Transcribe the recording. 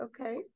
Okay